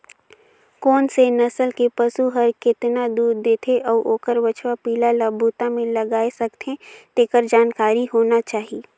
कोन से नसल के पसु हर केतना दूद देथे अउ ओखर बछवा पिला ल बूता में लगाय सकथें, तेखर जानकारी होना चाही